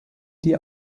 die